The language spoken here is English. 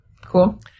Cool